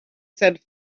said